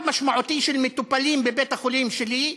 איך לשרוף את הערבים?